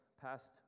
past